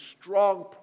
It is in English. strong